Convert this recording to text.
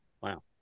Wow